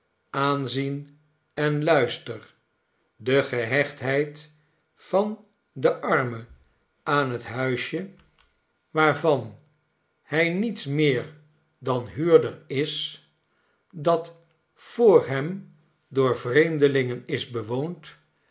aanzien en luister de gehechtheid van den arme aan het huisje waar van hij niets meer dan huurder is dat voor hem door vreemdelingen is bewoond